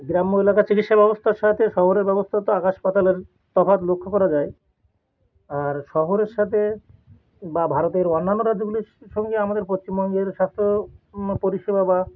গ্রাম বাংলার যা চিকিৎসা ব্যবস্থার সাথে শহরের ব্যবস্থার তো আকাশ পাতালের তফাৎ লক্ষ্য করা যায় আর শহরের সাথে বা ভারতের অন্যান্য রাজ্যগুলির সসঙ্গে আমাদের পশ্চিমবঙ্গের স্বাস্থ্য পরিষেবা বা